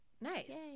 nice